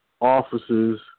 offices